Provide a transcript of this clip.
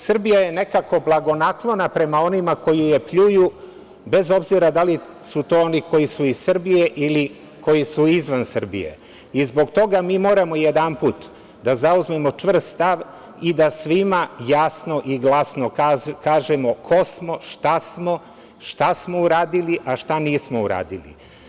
Srbija je nekako blagonaklona prema onima koji je pljuju, bez obzira da li su to oni koji su iz Srbije ili koji su izvan Srbije i zbog toga mi moramo jedanput da zauzmemo čvrst stav i da svima jasno i glasno kažemo ko smo, šta smo, šta smo uradili, a šta nismo uradili.